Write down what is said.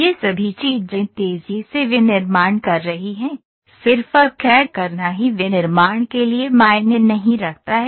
ये सभी चीजें तेजी से विनिर्माण कर रही हैं सिर्फ कैड़ करना ही विनिर्माण के लिए मायने नहीं रखता है